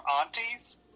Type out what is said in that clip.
aunties